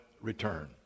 return